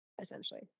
essentially